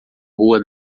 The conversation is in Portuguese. rua